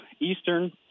Eastern